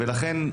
לכן,